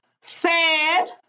sad